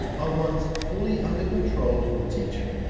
are ones fully under control of the teacher.